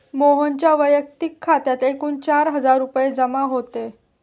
मोहनच्या वैयक्तिक खात्यात एकूण चार हजार रुपये जमा होते